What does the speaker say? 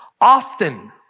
Often